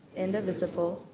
indivisible,